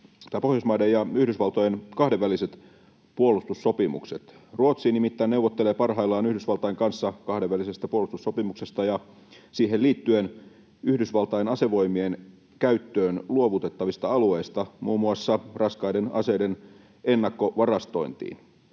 Pohjoismaiden ja Yhdysvaltojen kahdenväliset puolustussopimukset. Ruotsi nimittäin neuvottelee parhaillaan Yhdysvaltain kanssa kahdenvälisestä puolustussopimuksesta ja siihen liittyen Yhdysvaltain asevoimien käyttöön luovutettavista alueista muun muassa raskaiden aseiden ennakkovarastointiin.